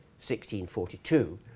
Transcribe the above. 1642